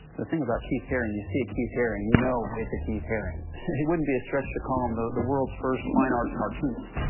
the thing about keith haring, you see a keith haring, you know it's a keith haring. it wouldn't be a stretch to call him the the world's first fine art cartoonist.